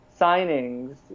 signings